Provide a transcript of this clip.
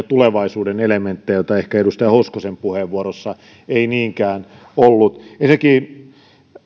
tulevaisuuden elementtejä joita ei ehkä edustaja hoskosen puheenvuorossa niinkään ollut ensinnäkin